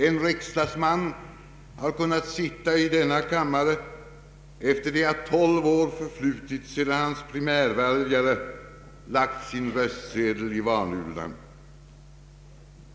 En riksdagsman har kunnat sitta i denna kammare efter det att tolv år förflutit sedan hans primärväljare lagt sina röstsedlar i valurnan.